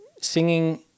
singing